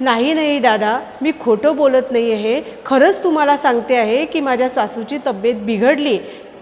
नाही नाही दादा मी खोटं बोलत नाही आहे खरंच तुम्हाला सांगते आहे की माझ्या सासूची तब्बेत बिघडली